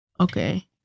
okay